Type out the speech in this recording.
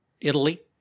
Italy